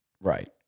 Right